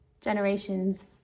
Generations